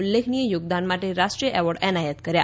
ઉલ્લેખનીય યોગદાન માટે રાષ્ટ્રીય એવોર્ડ એનાયત કર્યા